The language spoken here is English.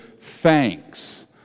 thanks